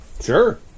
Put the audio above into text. Sure